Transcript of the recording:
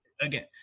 Again